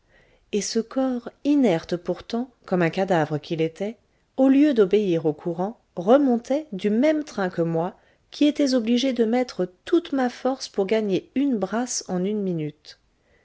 et ce corps inerte pourtant comme un cadavre qu'il était au lieu d'obéir au courant remontait du même train que moi qui étais obligé de mettre toute ma force pour gagner une brasse en une minute